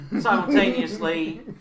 simultaneously